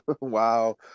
Wow